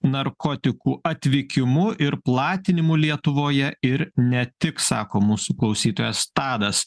narkotikų atvykimu ir platinimu lietuvoje ir ne tik sako mūsų klausytojas tadas